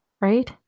right